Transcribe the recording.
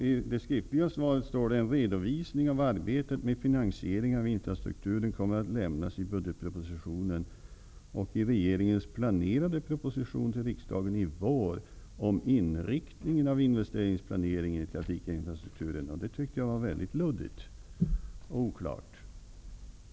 I det skriftliga svaret står: ''En redovisning av arbetet med finansieringen av infrastrukturen kommer att lämnas i budgetpropositionen och i regeringens planerade proposition till riksdagen i vår om inriktningen av investeringsplaneringen i trafikinfrastrukturen.'' Det tycker jag är väldigt luddigt och oklart.